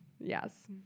yes